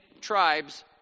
tribes